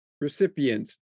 recipients